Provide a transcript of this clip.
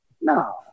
no